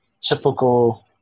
typical